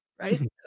right